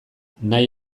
nahi